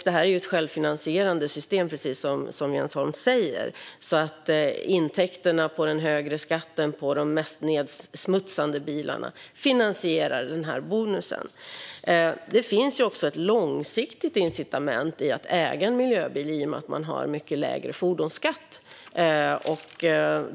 Det är ett självfinansierande system, precis som Jens Holm säger. Intäkterna från den högre skatten på de mest nedsmutsande bilarna finansierar bonusen. Det finns också ett långsiktigt incitament att äga en miljöbil i och med att man har en mycket lägre fordonsskatt.